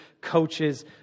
coaches